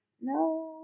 no